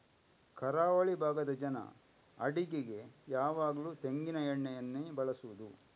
ಕರಾವಳಿ ಭಾಗದ ಜನ ಅಡಿಗೆಗೆ ಯಾವಾಗ್ಲೂ ತೆಂಗಿನ ಎಣ್ಣೆಯನ್ನೇ ಬಳಸುದು